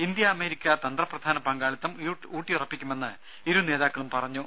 India America തന്ത്രപ്രധാന പങ്കാളിത്തം ഊട്ടിയുറപ്പിക്കുമെന്ന് ഇരു നേതാക്കളും പറഞ്ഞു